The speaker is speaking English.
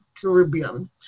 Caribbean